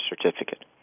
certificate